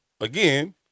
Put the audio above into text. again